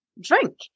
drink